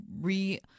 re